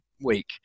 week